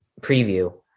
preview